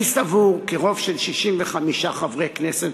אני סבור כי רוב של 65 חברי כנסת